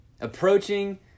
Approaching